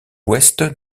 ouest